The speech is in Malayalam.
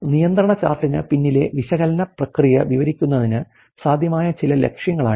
നിയന്ത്രണ ചാർട്ടിന് പിന്നിലെ വിശകലന പ്രക്രിയ വിവരിക്കുന്നതിന് സാധ്യമായ ചില ലക്ഷ്യങ്ങളാണിത്